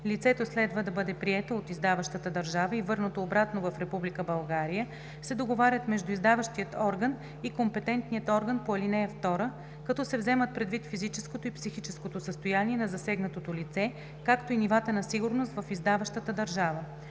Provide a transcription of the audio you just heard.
лицето следва да бъде прието от издаващата държава и върнато обратно в Република България, се договарят между издаващия орган и компетентния орган по ал. 2, като се вземат предвид физическото и психическото състояние на засегнатото лице, както и нивата на сигурност в издаващата държава.